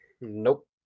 Nope